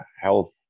health